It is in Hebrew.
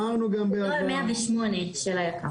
נוהל 108 של היק"ר.